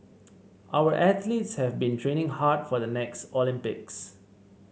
our athletes have been training hard for the next Olympics